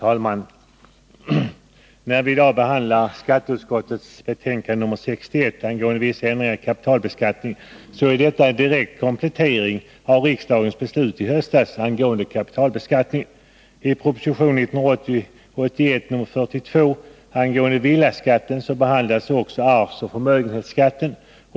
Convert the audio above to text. Herr talman! Vi diskuterar i dag skatteutskottets betänkande 61 angående vissa ändringar i kapitalbeskattningen. Dessa är en direkt komplettering av riksdagens beslut i höstas angående kapitalbeskattningen. I proposition 1980/81:42 angående villaskatten behandlades också arvsoch förmögenhetsskatten.